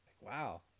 Wow